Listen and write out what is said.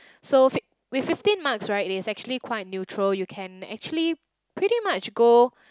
so fif~ with fifteen marks right there is actually quite neutral you can actually pretty much go